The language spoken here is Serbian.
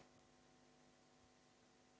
Hvala.